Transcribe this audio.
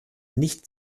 nicht